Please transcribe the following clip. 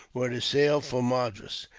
were to sail for madras.